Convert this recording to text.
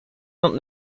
not